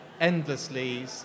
endlessly